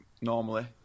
normally